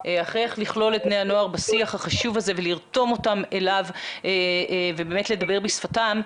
בני הנוער בשיח החשוב הזה ולרתום אותם אליו ולדבר בשפתם.